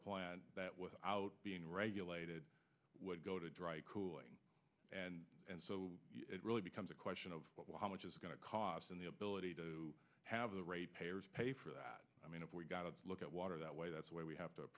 plant that without being regulated would go to dry cooling and so it really becomes a question of how much is going to cost and the ability to have the ratepayers pay for that i mean if we got to look at water that way that's where we have to